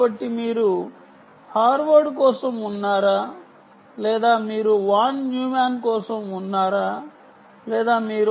కాబట్టి CISC మరియు RISC రెండింటి పరిణామం జరుగుతోందని నేను చెబుతాను